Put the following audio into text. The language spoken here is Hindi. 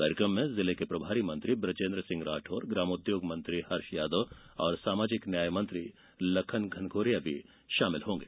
कार्यक्रम में जिले के प्रभारी मंत्री बृजेंद्र सिंह राठौर ग्रामोद्योग मंत्री हर्ष यादव और सामाजिक न्याय मंत्री लखन घनघोरिया भी शामिल होंगे